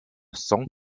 song